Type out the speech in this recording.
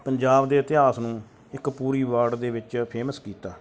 ਪੰਜਾਬ ਦੇ ਇਤਿਹਾਸ ਨੂੰ ਇੱਕ ਪੂਰੀ ਵਲਡ ਦੇ ਵਿੱਚ ਫੇਮਸ ਕੀਤਾ